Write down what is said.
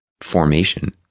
formation